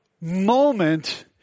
moment